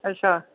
अच्छा